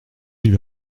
lui